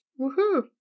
Woohoo